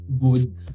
good